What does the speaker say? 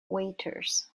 waiters